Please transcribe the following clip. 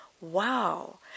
wow